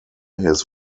his